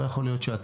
לא יכול להיות שאת